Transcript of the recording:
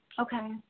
Okay